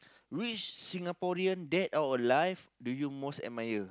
which Singaporean dad out of life do you most admire